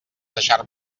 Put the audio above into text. deixar